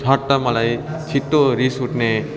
झट्ट मलाई छिटो रिस उठ्ने